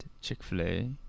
Chick-fil-A